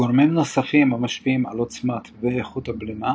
גורמים נוספים המשפיעים על עוצמת ואיכות הבלימה